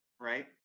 right